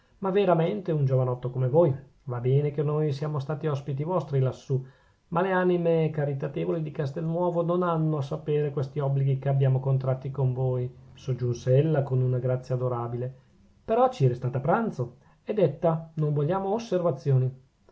ma veramente un giovanotto come voi va bene che noi siamo stati ospiti vostri lassù ma le anime caritatevoli di castelnuovo non hanno a sapere questi obblighi che abbiamo contratti con voi soggiunse ella con una grazia adorabile però ci restate a pranzo è detta non vogliamo osservazioni